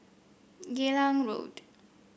Geylang Road